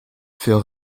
für